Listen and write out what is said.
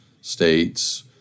states